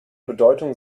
bedeutung